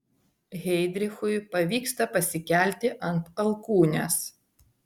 heidrichui pavyksta pasikelti ant alkūnės